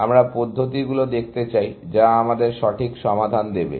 আমরা পদ্ধতিগুলি দেখতে চাই যা আমাদের সঠিক সমাধান দেবে